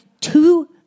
two